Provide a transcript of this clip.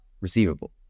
receivable